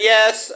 Yes